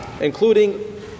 Including